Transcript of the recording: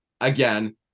again